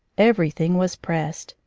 everything was pressed.